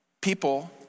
people